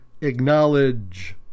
acknowledge